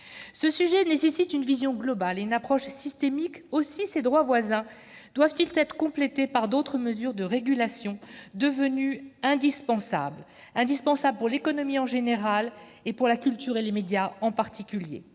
Ce sujet nécessite une vision globale et une approche systémique. Aussi ces droits voisins doivent-ils être complétés par d'autres mesures de régulation devenues indispensables pour l'économie en général, et pour la culture et les médias en particulier.